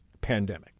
pandemic